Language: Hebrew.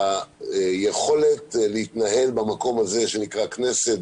והיכולת להתנהל במקום הזה שנקרא הכנסת,